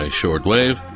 shortwave